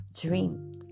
dream